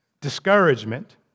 discouragement